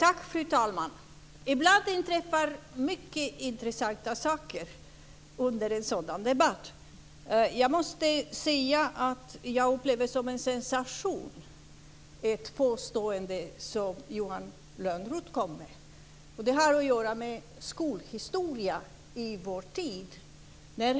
Fru talman! Ibland inträffar mycket intressanta saker under en sådan här debatt. Jag måste säga att jag upplever ett påstående som Johan Lönnroth kom med som en sensation. Det har att göra med skolhistoria i vår tid.